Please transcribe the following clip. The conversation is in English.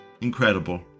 Incredible